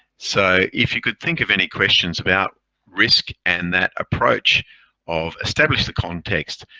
so if you could think of any questions about risk and that approach of establish the context,